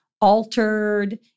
altered